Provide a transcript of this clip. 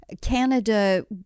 Canada